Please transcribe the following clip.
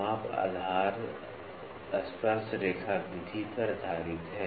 माप आधार स्पर्शरेखा विधि पर आधारित है